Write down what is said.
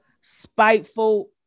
spiteful